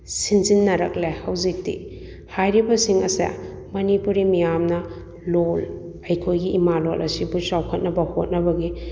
ꯁꯤꯟꯖꯤꯟꯅꯔꯛꯂꯦ ꯍꯧꯖꯤꯛꯇꯤ ꯍꯥꯏꯔꯤꯕꯁꯤꯡ ꯑꯁꯦ ꯃꯅꯤꯄꯨꯔꯤ ꯃꯤꯌꯥꯝꯅ ꯂꯣꯜ ꯑꯩꯈꯣꯏꯒꯤ ꯏꯃꯥꯂꯣꯟ ꯑꯁꯤꯕꯨ ꯆꯥꯎꯈꯠꯅꯕ ꯍꯣꯠꯅꯕꯒꯤ